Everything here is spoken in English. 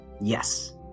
yes